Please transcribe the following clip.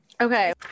okay